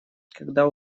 когда